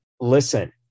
listen